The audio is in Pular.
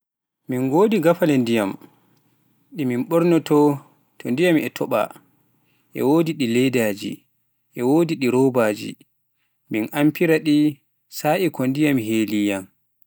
Min godi gafale ndiyam, ɗi min ɓornooto to ndiyaam e toɓa, e wodi ɗi leydaji e wodi robaaji, mi amfiraaɗi sa'I ko ndiyaam heliyaam.